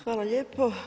Hvala lijepo.